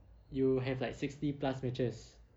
you have like sixty plus matches